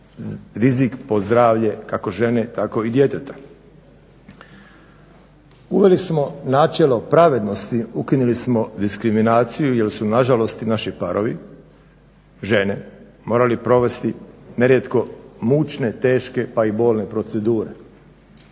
rizik po zdravlje kako žene tako i djeteta. Uveli smo načelo pravednosti, ukinuli smo diskriminaciju jer su nažalost i naši parovi, žene, morali provesti nerijetko mučne, teške pa i bolne procedure.